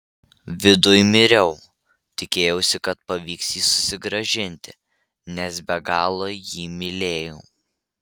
viduj miriau tikėjausi kad pavyks jį susigrąžinti nes be galo jį mylėjau